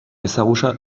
ezagutza